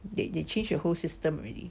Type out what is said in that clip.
they they change the whole system already